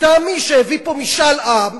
מטעם מי שהביא פה משאל עם,